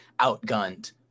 outgunned